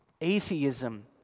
atheism